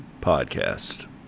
Podcast